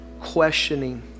questioning